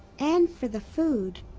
and for the food!